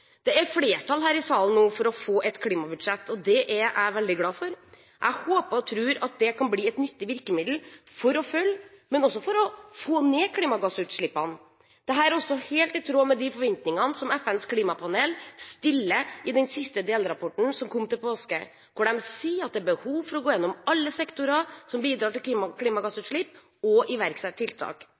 er nå flertall i komiteen for å få et klimabudsjett, og det er jeg veldig glad for. Jeg håper og tror at det kan bli et nyttig virkemiddel for å følge, men også for å få ned, klimagassutslippene. Dette er også helt i tråd med de forventningene som FNs klimapanel stiller i den siste delrapporten som kom til påske, hvor de sier at det er behov for å gå gjennom alle sektorer som bidrar til klimagassutslipp og iverksette tiltak.